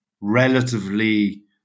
relatively